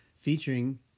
featuring